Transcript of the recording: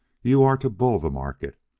you are to bull the market.